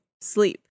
sleep